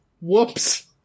Whoops